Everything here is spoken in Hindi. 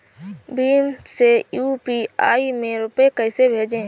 भीम से यू.पी.आई में रूपए कैसे भेजें?